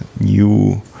new